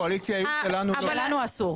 לנו אסור.